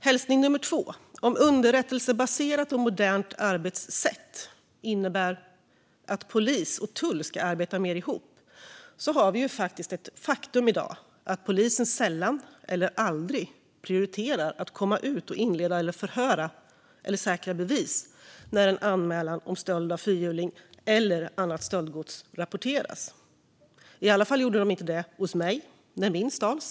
Den andra hälsningen är: Om underrättelsebaserat och modernt arbetssätt innebär att polis och tull ska arbeta mer ihop, har vi ett faktum i dag att polisen sällan eller aldrig prioriterar att komma ut och inleda undersökning, förhöra eller säkra bevis när en anmälan om stöld av fyrhjuling eller annat stöldgods rapporteras. I varje fall gjorde den inte det hos mig när min stals.